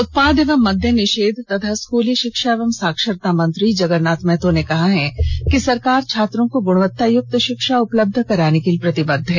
उत्पाद एवं मद्य निषेध तथा स्कूली षिक्षा एवं साक्षरता मंत्री जगरनाथ महतो ने कहा है कि सरकार छात्रों को गुणवत्तायुक्त षिक्षा उपलब्ध कराने के लिए प्रतिबद्ध है